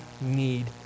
need